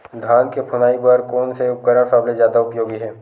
धान के फुनाई बर कोन से उपकरण सबले जादा उपयोगी हे?